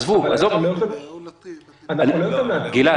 הוא אומר,